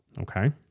Okay